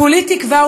כולי תקווה",